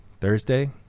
Thursday